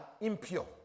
impure